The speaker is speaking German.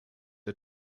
der